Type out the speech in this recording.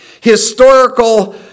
historical